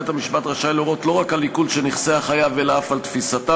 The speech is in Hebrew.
בית-המשפט רשאי להורות לא רק על עיקול של נכסי החייב אלא אף על תפיסתם,